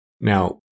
Now